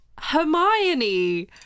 Hermione